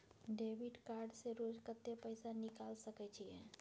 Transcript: Debit card से रोज कत्ते पैसा निकाल सके छिये?